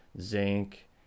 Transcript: zinc